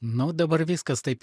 nu dabar viskas taip